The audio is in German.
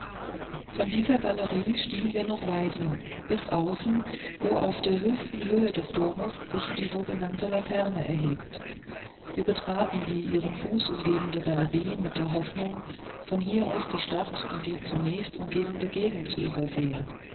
von dieser galerie stiegen wir noch weiter bis außen wo auf der höchsten höhe des doms sich die sogenannte laterne erhebt wir betraten die ihren fuß umgebende galerie mit der hoffnung aber der steinkohlenrauch der vielen feueressen verbarg uns die nähe und